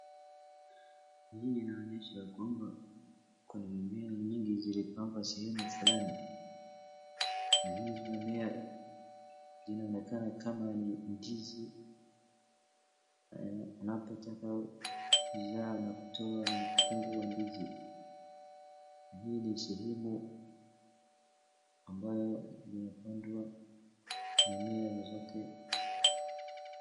Mimea kama ndizi ambazo hutoa mkungu wa ndizi.